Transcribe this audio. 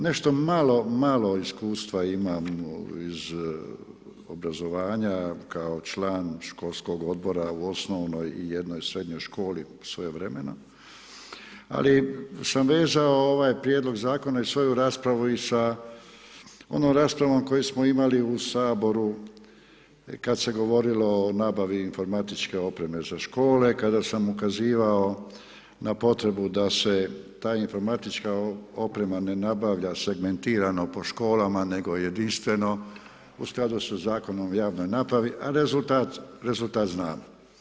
Nešto malo iskustva imam iz obrazovanja kao član školskog odbora u OŠ i jednoj SŠ svojevremeno, ali sam vezao ovaj prijedlog zakona i svoju raspravu i sa onom raspravom koju smo imali u Saboru kad se govorilo o nabavi informatičke opreme za škole, kada sam ukazivao na potrebu da se ta informatička oprema ne nabavlja segmentirano po školama, nego jedinstveno u skladu sa zakonom o javnoj nabavi, a rezultat znamo.